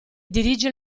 dirige